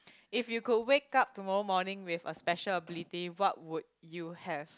if you could wake up tomorrow morning with a special ability what would you have